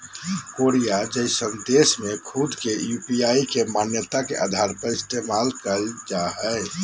Korea जइसन देश में खुद के यू.पी.आई के मान्यता के आधार पर इस्तेमाल कईल जा हइ